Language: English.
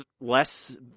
less